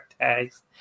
tags